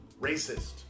Racist